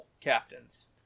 captains